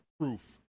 proof